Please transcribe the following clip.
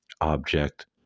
object